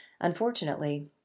unfortunately